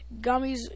gummies